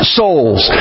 souls